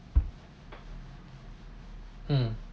hmm